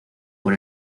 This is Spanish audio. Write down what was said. por